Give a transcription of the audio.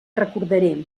recordaré